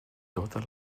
tota